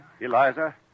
Eliza